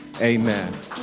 Amen